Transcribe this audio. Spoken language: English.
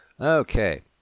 Okay